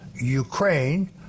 Ukraine